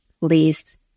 please